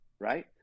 right